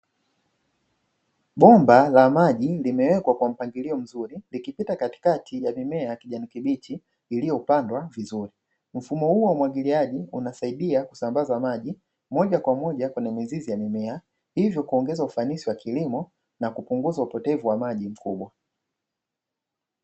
Bomba la maji limewekwa kwa mpangilio mzuri likipita katikati ya mimea ya kijani kibichi iliyopandwa vizuri, mfumo huu wa umwagiliaji unasaidia kusambaza maji moja kwa moja kwenye mizizi ya mimea, hivyo kuongeza ufanisi wa kilimo na kupunguza upotevu wa maji mkubwa.